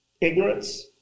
ignorance